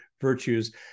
virtues